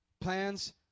Plans